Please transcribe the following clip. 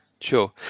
sure